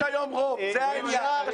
יש היום רוב, זה העניין.